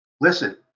Listen